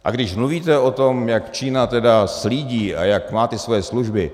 A když mluvíte o tom, jak Čína tedy slídí a jak máte svoje služby...